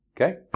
Okay